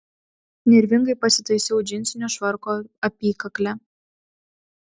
nervingai pasitaisiau džinsinio švarko apykaklę